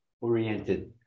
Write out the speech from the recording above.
oriented